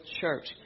church